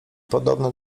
podobny